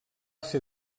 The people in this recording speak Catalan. ser